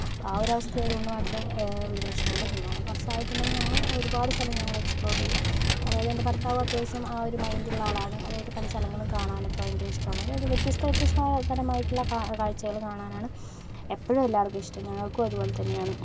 ആ ഒരു അവസ്ഥ ആയത് കൊണ്ട് മാത്രമേ ഒരു പ്രശ്നം ഉള്ളു പിന്നെ അവൾ കുറച്ച് ആയിട്ട് ഉണ്ടെങ്കിൽ ഞങ്ങൾ ഒരുപാട് സ്ഥലങ്ങൾ നമ്മൾ എസ്പ്ലോർ ചെയ്യും അതായത് എൻ്റെ ഭർത്താവും അത്യാവശ്യം ആ ഒരു മൈൻഡ് ഉള്ള ആളാണ് അതായത് പല സ്ഥലങ്ങളും കാണാനൊക്കെ ഇഷ്ടം ഉള്ള ആളാണ് വ്യത്യസ്ത വ്യത്യസ്തമായിട്ടുള്ള കാഴ് കാഴ്ച്ചകൾ കാണാൻ ആണ് എപ്പോഴും എല്ലാവർക്കും ഇഷ്ടം ഞങ്ങൾക്കും അതുപോലെ തന്നെയാണ്